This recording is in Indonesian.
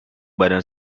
badan